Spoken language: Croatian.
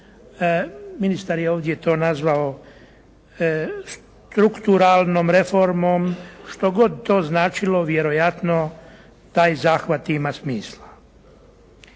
Ministar je tu nazvao strukturalnom reformom, što god to značilo vjerojatno taj zahvat ima smisla.